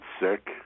sick